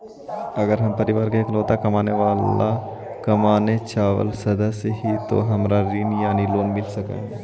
अगर हम परिवार के इकलौता कमाने चावल सदस्य ही तो का हमरा ऋण यानी लोन मिल सक हई?